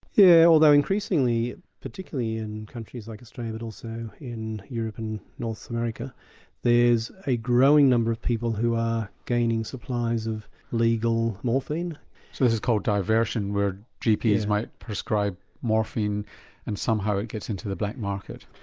yeah, although increasingly particularly in countries like australia and but also in europe and north america there's a growing number of people who are gaining supplies of legal morphine. so this is called diversion where gps might prescribe morphine and somehow it gets into the black market?